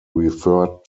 referred